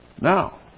Now